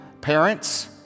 parents